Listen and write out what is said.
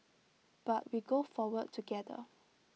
but we go forward together